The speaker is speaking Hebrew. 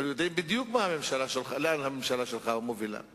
ואין כאן אחריות של נבחרים שאמורים לייצג את